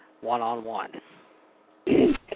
one-on-one